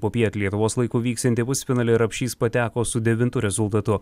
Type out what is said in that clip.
popiet lietuvos laiku vyksiantį pusfinalį rapšys pateko su devintu rezultatu